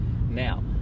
Now